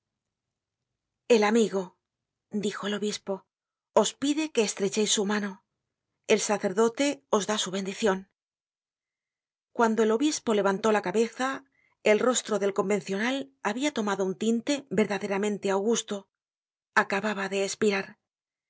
el amigo dijo el obispo os pide que estrecheis su mano el sacerdote os da su bendicion cuando el obispo levantó la cabeza el rostro del convencional habia tomado un tinte verdaderamente augusto acababa de espirar